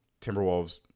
Timberwolves